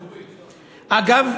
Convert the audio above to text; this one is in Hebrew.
אגב,